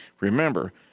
remember